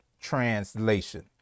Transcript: translation